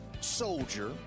soldier